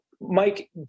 Mike